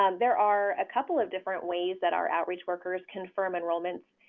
um there are a couple of different ways that our outreach workers confirm enrollment.